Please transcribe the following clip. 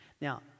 Now